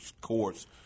courts